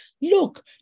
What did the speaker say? Look